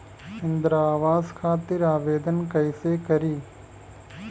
इंद्रा आवास खातिर आवेदन कइसे करि?